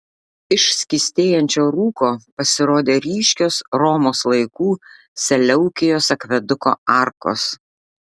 iš skystėjančio rūko pasirodė ryškios romos laikų seleukijos akveduko arkos